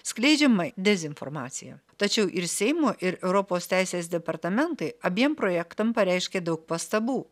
skleidžiamai dezinformacija tačiau ir seimo ir europos teisės departamentai abiem projektam pareiškė daug pastabų